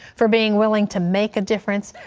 for being willing to make a difference.